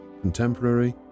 contemporary